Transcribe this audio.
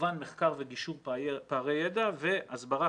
כמובן מחקר וגישור פערי ידע והסברה,